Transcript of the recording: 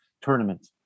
tournament